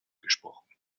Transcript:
gesprochen